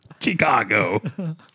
Chicago